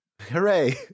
Hooray